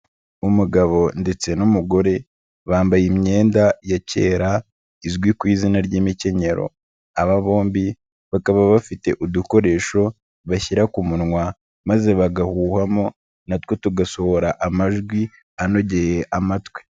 Umugabo ndetse n'umugore, bambaye imyenda ya kera izwi ku izina ry'imikenyero, aba bombi bakaba bafite udukoresho bashyira ku munwa, maze bagahuhwamo, natwo tugasohora amajwi anogeye amatwi.